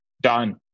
done